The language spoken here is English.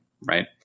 right